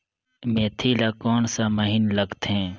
मेंथी ला कोन सा महीन लगथे?